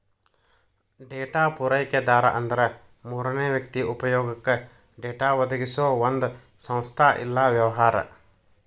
data ಪೂರೈಕೆದಾರ ಅಂದ್ರ ಮೂರನೇ ವ್ಯಕ್ತಿ ಉಪಯೊಗಕ್ಕ ಡೇಟಾ ಒದಗಿಸೊ ಒಂದ್ ಸಂಸ್ಥಾ ಇಲ್ಲಾ ವ್ಯವಹಾರ